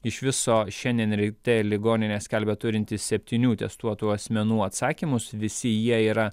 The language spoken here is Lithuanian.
iš viso šiandien ryte ligoninė skelbia turinti septynių testuotų asmenų atsakymus visi jie yra